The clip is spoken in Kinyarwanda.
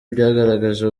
byagaragaje